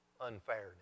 unfairness